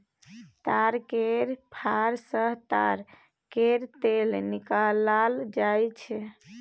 ताड़ केर फर सँ ताड़ केर तेल निकालल जाई छै